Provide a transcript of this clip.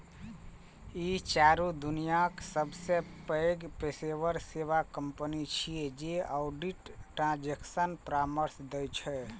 ई चारू दुनियाक सबसं पैघ पेशेवर सेवा कंपनी छियै जे ऑडिट, ट्रांजेक्शन परामर्श दै छै